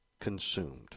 consumed